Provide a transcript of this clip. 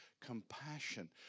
compassion